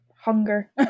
hunger